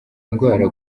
ndwara